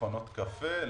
מכונות קפה,